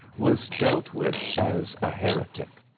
was dealt with as a heretic.